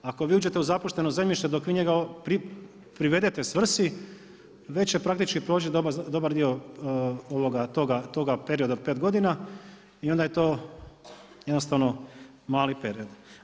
Ako vi uđete u zapušteno zemljište, dok vi njega privedete svrsi, već će praktički proći dobar dio toga perioda od 5 godina i onda je to jednostavno mali period.